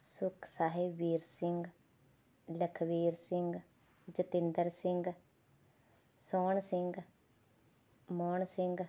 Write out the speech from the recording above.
Sukhsahibveer Singh Lakhveer Singh Jatinder Singh Sohan Singh Mohan Singh